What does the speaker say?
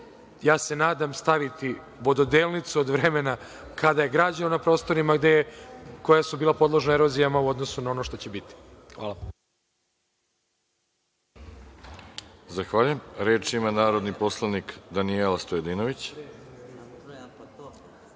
ja se nadam, staviti vododelnicu od vremena kada je građeno na prostorima koja su bila podložna erozijama u odnosu na ono što će biti. Hvala.